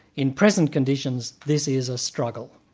in present conditions this is a struggle,